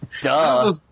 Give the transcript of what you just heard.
Duh